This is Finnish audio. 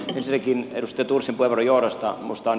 ensinnäkin edustaja thorsin puheenvuoron johdosta